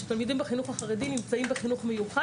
שתלמידים בחינוך החרדי נמצאים בחינוך מיוחד.